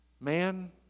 Man